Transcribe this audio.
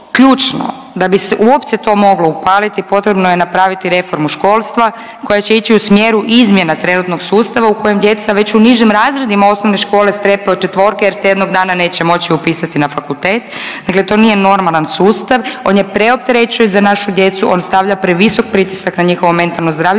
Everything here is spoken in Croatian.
da bi uopće to moglo upaliti potrebno je napraviti reformu školstva koja će ići u smjeru izmjena trenutnog sustava u kojem djeca već u nižim razredima osnovne škole strepe od četvorke jer se jednog dana neće moći upisati na fakultet. Dakle, to nije normalan sustav, on je preopterećujući za našu djecu, on stavlja previsok pritisak na njihovo mentalno zdravlje